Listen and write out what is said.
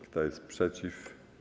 Kto jest przeciw?